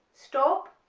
stop,